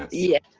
ah yes.